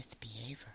behavior